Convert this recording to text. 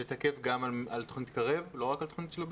זה תקף גם על תכנית קרב ולא רק על תכנית שלבים?